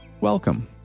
welcome